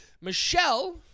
Michelle